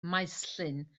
maesllyn